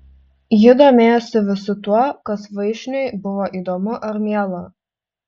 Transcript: ji domėjosi visu tuo kas vaišniui buvo įdomu ar miela